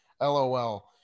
LOL